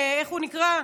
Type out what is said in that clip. איך הוא נקרא?